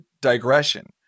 digression